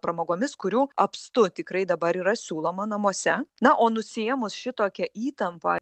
pramogomis kurių apstu tikrai dabar yra siūloma namuose na o nusiėmus šitokią įtampą